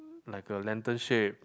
like a lantern shape